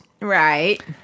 Right